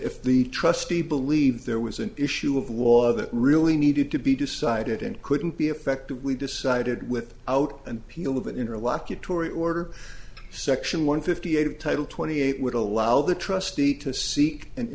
if the trustee believe there was an issue of was that really needed to be decided and couldn't be effectively decided with out and peel of an interlocutory order section one fifty eight of title twenty eight would allow the trustee to seek an